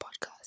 podcast